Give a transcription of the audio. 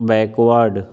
backward